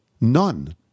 None